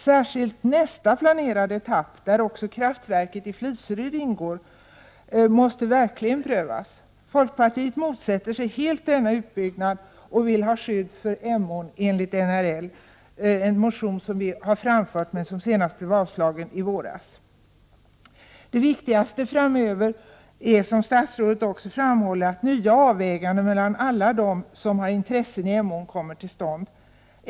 Särskilt nästa etapp som planerats, där också kraftverket i Fliseryd ingår, måste prövas grundligt. Folkpartiet motsätter sig helt denna utbyggnad och vill ha skydd för Emån enligt NRL. Vi har framfört detta i motion, som dock avslogs senast i våras. Det viktiga framöver är, som statsrådet också framhåller, att nya avväganden mellan alla dem som har intressen i Emån kommer till stånd.